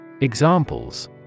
Examples